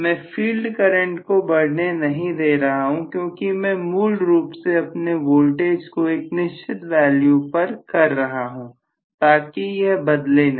मैं field current को बढ़ने नहीं दे रहा हूं क्योंकि मैं मूल रूप से अपने वोल्टेज को एक निश्चित वैल्यू पर कर रहा हूं ताकि यह बदले नहीं